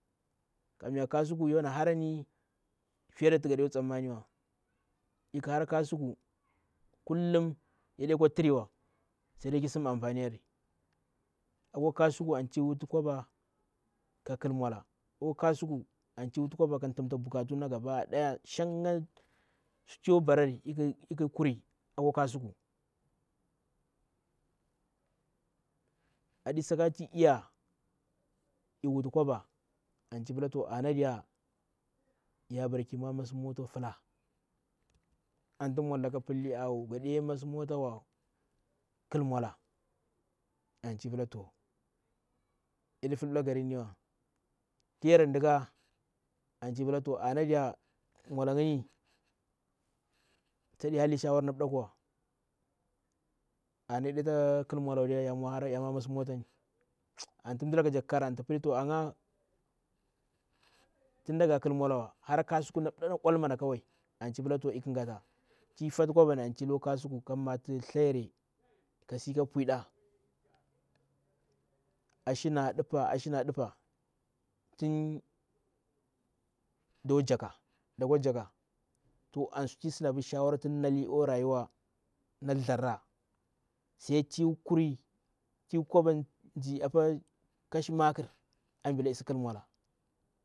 Kammya kasuku igni yo ghamsirakurari fiyada ti gade kwa tsammari yarwa fe khu hara kasuku kullum yaɗena tiriwa, sai ɗe kisim anfani yeri. Akwa kasuku anti wuti koba ka khil mwala, apwa kasuku anti wuti koba katim ta bukatumna gaba daya, shanga sutu yo barari eekhu kuri akwa kasuku aɗisaka ti eiya eiwuti koba anti pla ana diya yabara ki mwa masi motan fila anti mwalalaka pilli awo, gaɗe massu mota wa khil mwala anti pla to yaɗi fulbla garinniwa. Ti yar ndika, anti pla ana diya mwalagni tadi halli shawara na mbdakhiwa ana yaɗe ta khil mwala wa diya ya mwa massi mwat ni anti mdalaka jak kikhara anta pla, anga tin da ga khil mwalawa hara kasuku oal mana kawi anti pla to rikhu ngata. Tifatu kobani anti loo kasuku, kamatu tsthlayere kasi ka puwhi ɗa, ashina ɗupa ashina ɗupa tindo jakka kokwa jakka. To an suti sida nedani shawara orayuwa na thzdjara, sai ti kuri tin kobani ndzi apaa kashi makr, ambla eisi khil mwala.